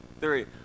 three